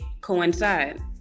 coincide